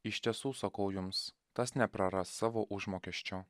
iš tiesų sakau jums tas nepraras savo užmokesčio